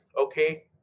okay